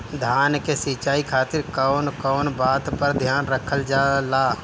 धान के सिंचाई खातिर कवन कवन बात पर ध्यान रखल जा ला?